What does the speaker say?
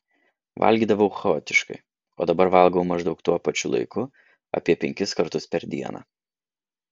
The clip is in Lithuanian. valgydavau chaotiškai o dabar valgau maždaug tuo pačiu laiku apie penkis kartus per dieną